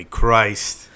christ